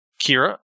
Kira